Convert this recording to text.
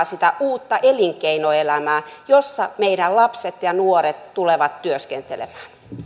sitä uutta elinkeinoelämää jossa meidän lapsemme ja ja nuoremme tulevat työskentelemään